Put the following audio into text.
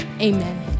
amen